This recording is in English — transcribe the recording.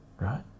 right